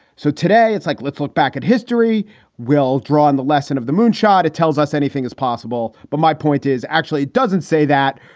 so today it's like let's look back at history will draw on the lesson of the moon shot. it tells us anything is possible. but my point is actually it doesn't say that.